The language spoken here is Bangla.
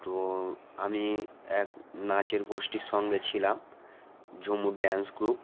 তো আমি এক নাচের গোষ্ঠীর সঙ্গে ছিলাম ঝুমুর ড্যান্স গ্রুপ